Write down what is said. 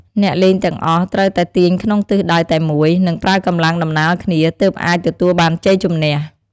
អ្នកលេងទាំងអស់ត្រូវតែទាញក្នុងទិសដៅតែមួយ និងប្រើកម្លាំងដំណាលគ្នា ទើបអាចទទួលបានជ័យជម្នះ។